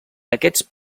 aquests